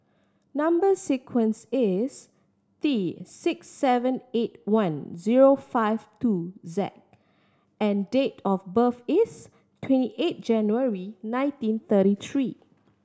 number sequence is T six seven eight one zero five two Z and date of birth is twenty eight January nineteen thirty three